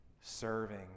serving